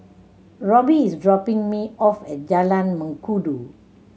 Roby is dropping me off at Jalan Mengkudu